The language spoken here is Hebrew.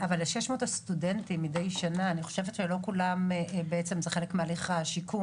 אבל אני חושבת שלא כל 600 הסטודנטים מדי שנה הם חלק מהליך השיקום.